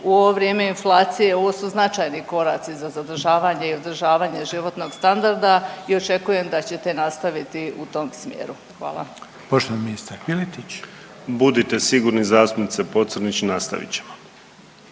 U ovo vrijeme inflacije ovo su značajni koraci za zadržavanje i održavanje životnog standarda i očekujem da ćete nastaviti u tom smjeru. Hvala. **Reiner, Željko (HDZ)** Poštovani ministar Piletić.